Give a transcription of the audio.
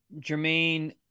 Jermaine